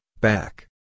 back